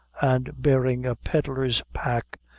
and bearing a pedlar's pack,